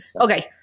Okay